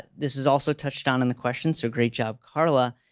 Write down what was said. this is also touched on in the question. so great job, carla.